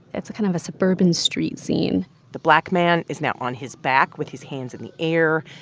it's a kind of a suburban street scene the black man is now on his back with his hands in the air.